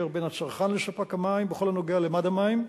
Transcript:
בין הצרכן לספק המים בכל הנוגע למד המים,